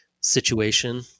situation